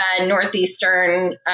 Northeastern